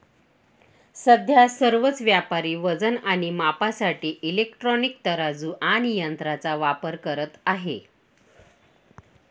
सध्या सर्वच व्यापारी वजन आणि मापासाठी इलेक्ट्रॉनिक तराजू आणि यंत्रांचा वापर करत आहेत